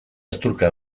eztulka